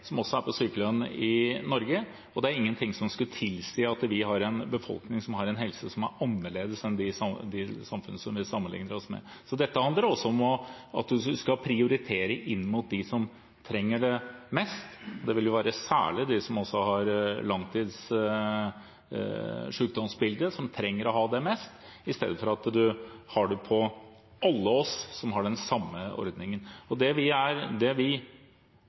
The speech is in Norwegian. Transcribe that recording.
på sykelønn i Norge, og det er ingenting som skulle tilsi at vi har en befolkning som har en helse som er annerledes enn i de samfunn som vi sammenligner oss med. Dette handler også om å prioritere inn mot dem som trenger det mest – det vil være særlig de som har et langtidssykdomsbilde, som trenger det mest – istedenfor at alle skal ha den samme ordningen. Også her står det at vi har høye utgifter, og vi trenger partier som har mot til å se på også hvilke justeringer som vi